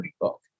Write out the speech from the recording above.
book